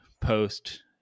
post